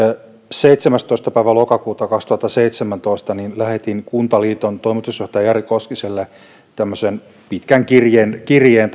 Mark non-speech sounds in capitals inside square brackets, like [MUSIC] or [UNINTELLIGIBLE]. seitsemästoista päivä lokakuuta kaksituhattaseitsemäntoista lähetin kuntaliiton toimitusjohtaja jari koskiselle tämmöisen pitkän kirjeen kirjeen [UNINTELLIGIBLE]